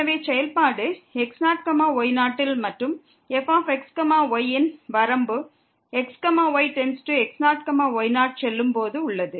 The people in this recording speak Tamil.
எனவே செயல்பாடு x0y0 ல் மற்றும் fx y ன் வரம்பு x y→x0 y0க்கு செல்லும்போது உள்ளது